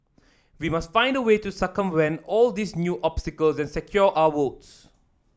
we must find a way to circumvent all these new obstacles and secure our votes